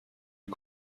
die